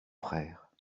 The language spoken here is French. frère